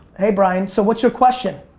hey, brian. so what's your question?